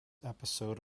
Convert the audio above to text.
episode